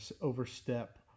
overstep